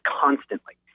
constantly